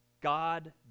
God